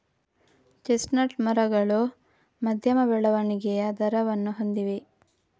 chestnut ಮರಗಳು ಮಧ್ಯಮ ಬೆಳವಣಿಗೆಯ ದರವನ್ನು ಹೊಂದಿವೆ